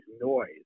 noise